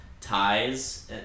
ties